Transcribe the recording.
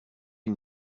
une